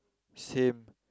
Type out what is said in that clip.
same